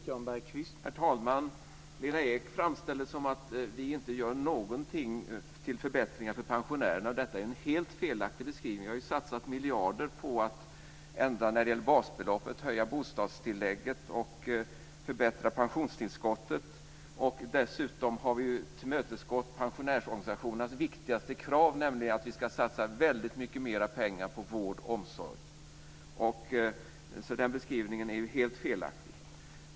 Herr talman! Lena Ek framställer det som om vi inte gör några förbättringar för pensionärerna. Detta är en helt felaktig beskrivning. Vi har satsat miljarder på att ändra basbeloppet, höja bostadstillägget och förbättra pensionstillskottet. Dessutom har vi tillmötesgått pensionärsorganisationernas viktigaste krav, nämligen att vi ska satsa väldigt mycket mer pengar på vård och omsorg. Den beskrivningen är helt felaktig.